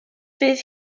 bydd